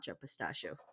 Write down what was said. pistachio